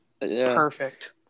Perfect